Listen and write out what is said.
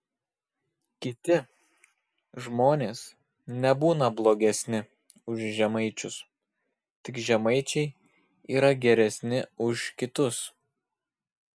kiti žmonės nebūna blogesni už žemaičius tik žemaičiai yra geresni už kitus